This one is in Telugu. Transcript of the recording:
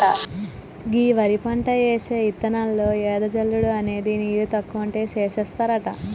గీ వరి పంట యేసే విధానంలో ఎద జల్లుడు అనేది నీరు తక్కువ ఉంటే సేస్తారట